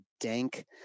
dank